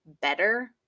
better